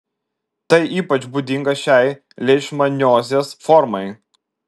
tai ypač būdinga šiai leišmaniozės formai